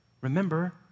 remember